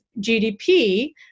GDP